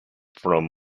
from